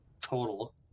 total